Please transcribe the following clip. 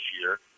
year